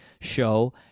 show